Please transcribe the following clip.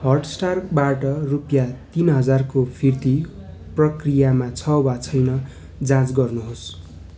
हटस्टारबाट रुपियाँ तिन हजारको फिर्ती प्रक्रियामा छ वा छैन जाँच गर्नु होस्